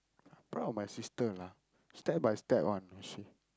proud of my sister lah step by step one you know she